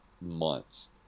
months